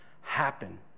happen